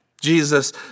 Jesus